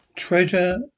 Treasure